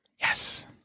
Yes